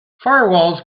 firewalls